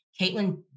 Caitlin